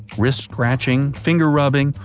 wrist scratching, finger rubbing,